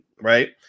right